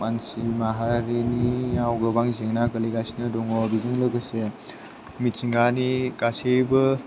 मानसि माहारियाव गोबां जेंना गोलैगासिनो दङ बिजों लोगोसे मिथिंगानि गासैबो